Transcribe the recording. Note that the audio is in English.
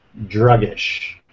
druggish